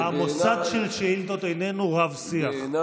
המוסד של שאילתות איננו רב-שיח,